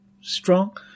strong